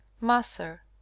masser